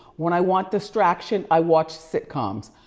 when i want distraction i watch sitcoms.